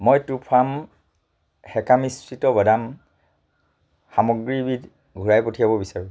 মই true farm সেকা মিশ্ৰিত বাদাম সামগ্ৰীবিধ ঘূৰাই পঠিয়াব বিচাৰোঁ